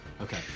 okay